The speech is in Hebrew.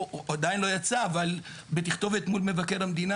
הוא עדיין לא יצא אבל הוא בתכתובת מול מבקר המדינה,